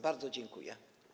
Bardzo dziękuję.